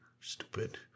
stupid